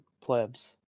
PLEBS